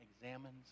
examines